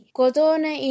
cotone